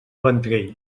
ventrell